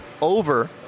over